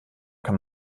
kann